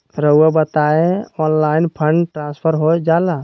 रहुआ बताइए online fund transfer हो जाला?